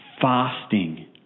fasting